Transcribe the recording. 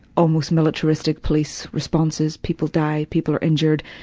almost militaristic police responses. people die, people are injured,